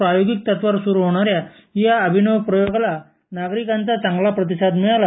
प्रायोगिक तत्त्वावर सुरू होणाऱ्या या अभिनव प्रयोगाला नागरीकांचा चांगला प्रतिसाद मिळाला